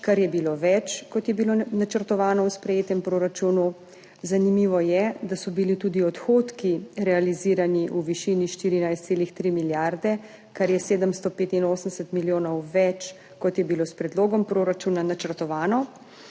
kar je bilo več, kot je bilo načrtovano v sprejetem proračunu. Zanimivo je, da so bili tudi odhodki realizirani v višini 14,3 milijarde, kar je 785 milijonov več, kot je bilo s predlogom proračuna načrtovano.